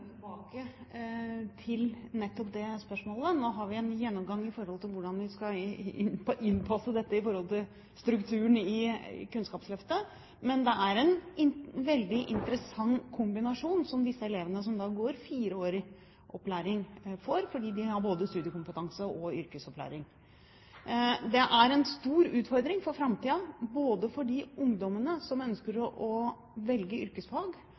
tilbake til nettopp det spørsmålet. Nå har vi en gjennomgang av hvordan vi skal innpasse dette i strukturen i Kunnskapsløftet. Men det er en veldig interessant kombinasjon som elevene som går fireårig opplæring, får, for de får både studiekompetanse og yrkesopplæring. Det er en stor utfordring for framtiden, for de ungdommene som ønsker å velge yrkesfag,